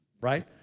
right